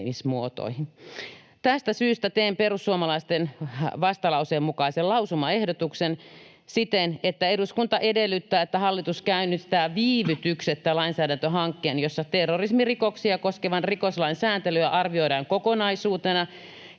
Tästä syystä teen perussuomalaisten vastalauseen mukaisen lausumaehdotuksen siten, että ”eduskunta edellyttää, että hallitus käynnistää viivytyksettä lainsäädäntöhankkeen, jossa terrorismirikoksia koskevaa rikoslain sääntelyä arvioidaan kokonaisuutena